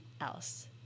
else